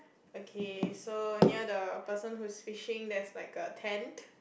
okay so near the person who's fishing there's like a tent